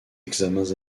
examens